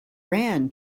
ran